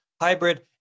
hybrid